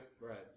Right